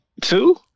two